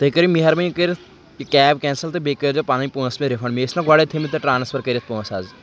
تُہۍ کٔرِو مہربٲنی کٔرِتھ یہِ کیب کٮ۪نسل تہٕ بیٚیہِ کٔرۍزیو پنٕنۍ پونٛسہٕ مےٚ رِفنٛڈ مےٚ ٲسۍ نہٕ گۄڈے تھٲیمٕتۍ تۄہہِ ٹرٛانسفر کٔرِتھ پونٛسہٕ حظ